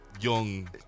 young